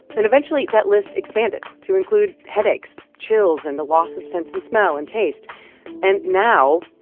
then eventually, that list expanded to include headaches, chills and the loss of sense in smell and taste and now,